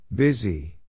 Busy